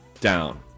down